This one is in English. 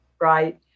Right